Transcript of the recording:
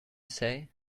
say